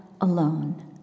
alone